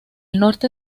norte